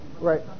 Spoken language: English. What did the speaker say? Right